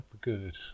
good